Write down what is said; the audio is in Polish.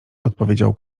odpowiedział